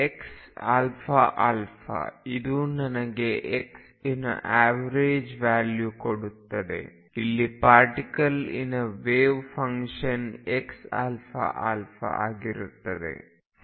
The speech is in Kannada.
xαα ಇದು ನನಗೆ x ಇನ ಎವರೇಜ್ ವ್ಯಾಲ್ಯೂ ಕೊಡುತ್ತದೆ ಇಲ್ಲಿ ಪಾರ್ಟಿಕಲ್ ಇನ ವೇವ್ ಫಂಕ್ಷನ್ xαα ಆಗಿರುತ್ತದೆ